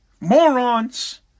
morons